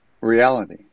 reality